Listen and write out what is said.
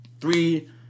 Three